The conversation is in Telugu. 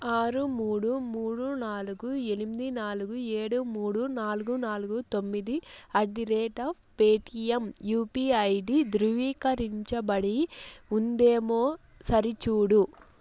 ఆరు మూడు మూడు నాలుగు ఎనిమిది నాలుగు ఏడు మూడు నాలుగు నాలుగు తొమ్మిది at the rate of Paytm UPI ID ధృవీకరించబడి ఉందేమో సరిచూడు